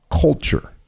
culture